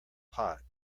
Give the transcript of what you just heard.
pot